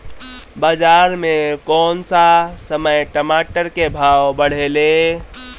बाजार मे कौना समय मे टमाटर के भाव बढ़ेले?